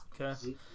Okay